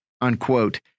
unquote